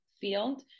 field